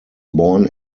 born